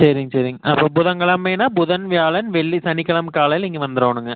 சரிங்க சரிங்க அப்போ புதன்கிழமைனா புதன் வியாழன் வெள்ளி சனிக்கிழம காலையில் இங்கே வந்துறோனுங்க